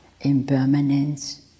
Impermanence